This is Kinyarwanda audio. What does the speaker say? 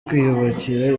kwiyubakira